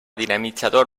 dinamitzador